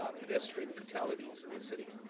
ah pedestrian fatalities in the city.